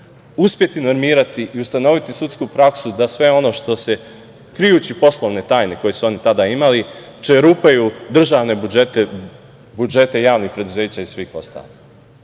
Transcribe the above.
uspeti normirati i ustanoviti sudsku praksu da krijući poslovne tajne, koje su oni tada imali čerupaju državne budžete, budžete javnih preduzeća i svih ostalih.